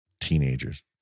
Teenagers